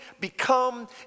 become